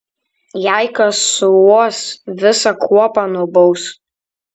jei kas suuos visą kuopą nubaus